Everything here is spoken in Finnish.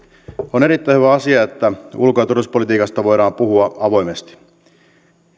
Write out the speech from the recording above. on erittäin hyvä asia että ulko ja turvallisuuspolitiikasta voidaan puhua avoimesti